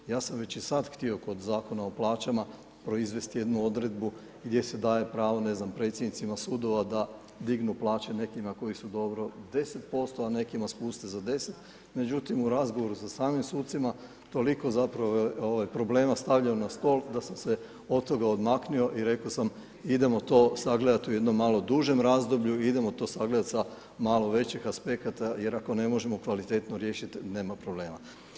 Ja sam već i sad htio kod Zakona o plaćama proizvest jednu odredbu gdje se daje pravo, ne znam predsjednicima sudova, da dignu plaće nekima koji su dobro 10%, a nekima spuste za 10, međutim u razgovoru sa samim sucima toliko je problema stavljeno na stol da sam se od toga odmaknio i rekao sam idemo to sagledat u jednom malo dužem razdoblju i idemo to sagleda sa malo većeg aspekta jer ako ne možemo kvalitetno riješiti nema problema.